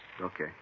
Okay